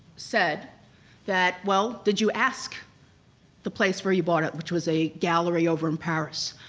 said that, well, did you ask the place where you bought it, which was a gallery over in paris.